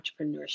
entrepreneurship